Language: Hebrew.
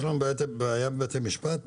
יש לנו בעיה בבתי משפט,